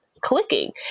clicking